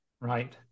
right